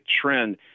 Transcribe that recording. trend